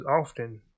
often